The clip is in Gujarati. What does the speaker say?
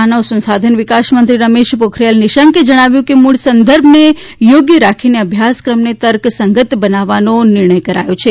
માનવ સંશાધન વિકાસ મંત્રી રમેશ પોખરીયાલ નિશંકે જણાવ્યું કે મુળ સંદર્ભને યોગ્ય રીતે રાખીને અભ્યાસક્રમને તર્કસંગત બનાવવાનો નિર્ણય કરાયો છે